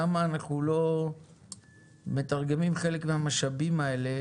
למה אנחנו לא מתרגמים חלק מהמשאבים האלה